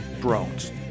Drones